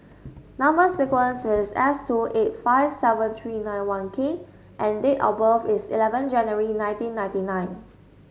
number sequence is S two eight five seven three nine one K and date of birth is eleven January nineteen ninety nine